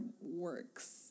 works